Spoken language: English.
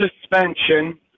Suspension